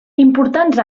importants